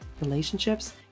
relationships